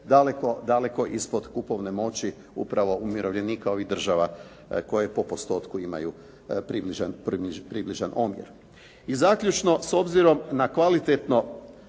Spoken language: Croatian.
daleko ispod kupovne moći upravo umirovljenika ovih država koje po postotku imaju približan omjer. I zaključno obzirom na kvalitetno